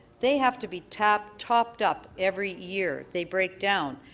they have to be topped topped up every year. they break down.